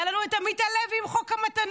היה לנו את עמית הלוי עם חוק המתנות,